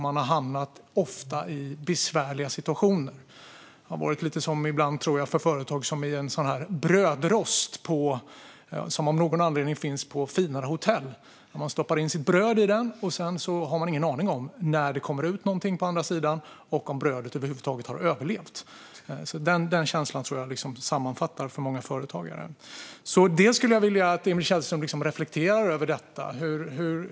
Man har ofta hamnat i besvärliga situationer. För företagen har det ibland varit som en sådan där brödrost som av någon anledning finns på finare hotell. Man stoppar in sitt bröd i den, och sedan har man ingen aning om när det kommer ut något på andra sidan eller om brödet över huvud taget har överlevt. Den känslan tror jag sammanfattar det för många företagare. Jag skulle vilja att Emil Källström reflekterar över detta.